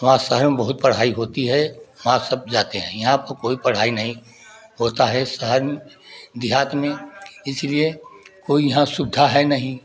वहाँ शहर में बहुत पढ़ाई होती है वहाँ सब जाते है यहाँ पर कोई पढ़ाई नहीं होता है शहर देहात में इसलिए कोई यहाँ सुविधा है नहीं